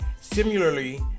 Similarly